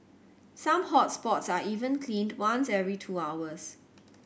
some hot spots are even cleaned once every two hours